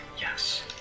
Yes